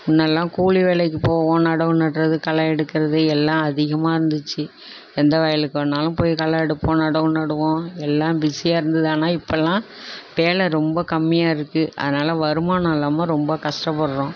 முன்னெல்லாம் கூலி வேலைக்கு போவோம் நடவு நடுறது களை எடுக்கிறது எல்லாம் அதிகமாக இருந்துச்சு எந்த வயலுக்கு வேணாலும் போய் களை எடுப்போம் நடவு நடுவோம் எல்லாம் பிஸியாக இருந்தது ஆனால் இப்போலாம் வேலை ரொம்ப கம்மியாக இருக்குது அதனால் வருமானம் இல்லாமல் ரொம்ப கஷ்டப்பட்றோம்